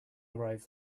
arrive